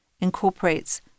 incorporates